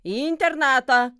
į internatą